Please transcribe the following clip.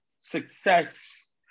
success